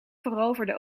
veroverde